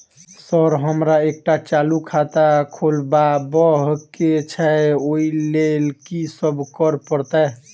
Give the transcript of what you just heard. Sir हमरा एकटा चालू खाता खोलबाबह केँ छै ओई लेल की सब करऽ परतै?